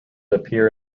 appear